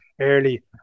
early